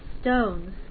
stones